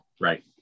Right